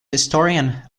historian